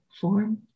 form